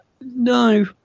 no